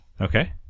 Okay